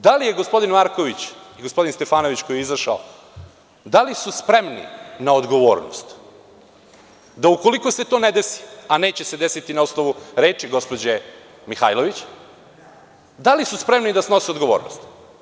Da li gospodin Marković i gospodin Stefanović, koji je izašao, da li su spremni na odgovornost da ukoliko se to ne desi, a neće se desiti na osnovu reči gospođe Mihajlović, da li su spremni da snose odgovornost?